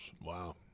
Wow